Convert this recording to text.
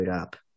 up